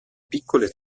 piccole